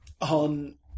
on